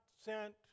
sent